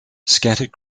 scattered